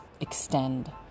extend